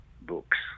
books